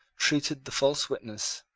treated the false witness,